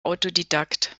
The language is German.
autodidakt